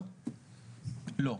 לא,